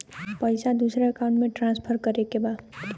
पैसा दूसरे अकाउंट में ट्रांसफर करें के बा?